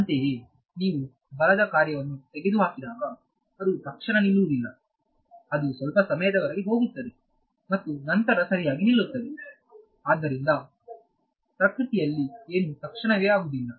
ಅಂತೆಯೇ ನೀವು ಬಲದ ಕಾರ್ಯವನ್ನು ತೆಗೆದುಹಾಕಿದಾಗ ಅದು ತಕ್ಷಣ ನಿಲ್ಲುವುದಿಲ್ಲ ಅದು ಸ್ವಲ್ಪ ಸಮಯದವರೆಗೆ ಹೋಗುತ್ತದೆ ಮತ್ತು ನಂತರ ಸರಿಯಾಗಿ ನಿಲ್ಲುತ್ತದೆ ಆದ್ದರಿಂದ ಪ್ರಕೃತಿಯಲ್ಲಿ ಏನೂ ತತ್ಕ್ಷಣವೇ ಆಗುವುದಿಲ್ಲ